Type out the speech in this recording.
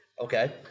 Okay